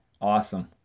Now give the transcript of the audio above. awesome